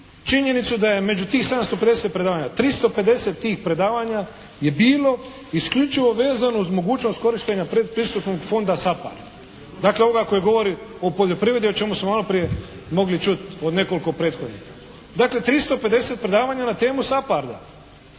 činjenicu da je među tih 750 predavanja 350 tih predavanja je bilo isključivo vezano uz mogućnost korištenja predpristupnog fonda SAPARD. Dakle, ovoga koji govori o poljoprivredi o čemu smo malo prije mogli čuti od nekoliko prethodnika. Dakle, 350 predavanja na temu SAPARD-a